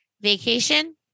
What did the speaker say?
vacation